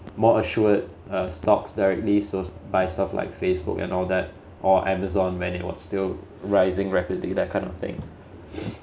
more assured uh stocks directly so buy stock like facebook and all that or amazon when it was still rising rapidly that kind of thing